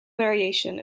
variation